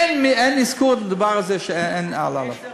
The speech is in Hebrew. אין אזכור לכך שאין אלאלוף.